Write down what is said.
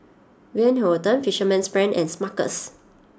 Van Houten Fisherman's friend and Smuckers